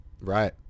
Right